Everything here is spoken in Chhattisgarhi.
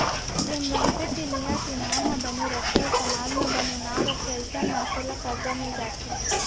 जेन मनसे के नियत, ईमान ह बने रथे अउ समाज म बने नांव रथे अइसन मनसे ल करजा मिल जाथे